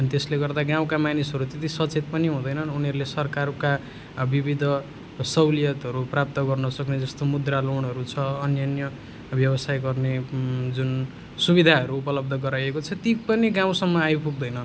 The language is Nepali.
अनि त्यसले गर्दा गाउँका मानिसहरू त्यति सचेत पनि हुँदैनन् उनीहरूले सरकारका विविध सहुलियतहरू प्राप्त गर्न सक्ने जस्तो मुद्रा लोनहरू छ अन्यन्य व्यवसाय गर्ने जुन सुविधाहरू उपलब्ध गराइएको छ ती पनि गाउँसम्म आइपुग्दैन